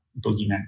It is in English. boogeyman